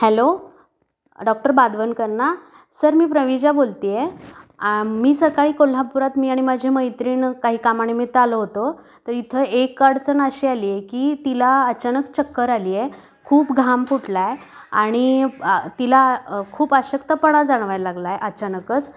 hello doctor बादवनकरना sir मी प्रवीजा बोलतीय मी सकाळी कोल्हापुरात मी आणि माझी मैत्रीण काही कामानिमित्त आलो होतो तर इथं एक अडचण अशी आलीय की तिला अचानक चक्कर आलीय खूप घाम फुटलाय आणि तिला खूप अशक्तापणा जाणवायला लागलाय अचानकच